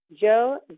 Joe